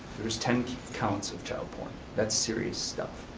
there was ten counts of child porn, that's serious stuff.